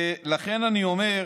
לכן אני אומר,